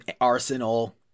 Arsenal